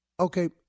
Okay